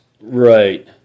Right